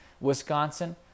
Wisconsin